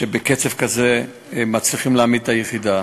שבקצב כזה מצליחים להעמיד את היחידה.